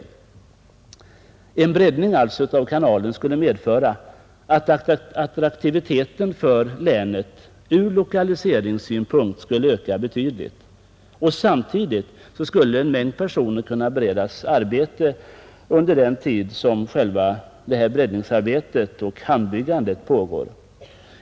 En breddning av kanalen skulle alltså medföra att attraktiviteten hos länet ur lokaliseringssynpunkt skulle öka betydligt. Samtidigt skulle en mängd personer kunna beredas arbete under den tid då själva breddningsarbetet och hamnbyggandet pågår.